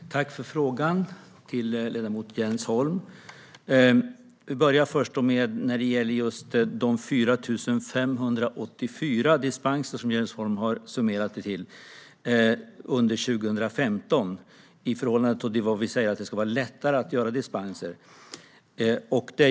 Fru talman! Jag tackar för frågan, ledamot Jens Holm. Låt mig börja med de 4 584 dispenser som Jens Holm har summerat det till under 2015 i förhållande till att vi säger att det ska vara lättare att ge dispenser.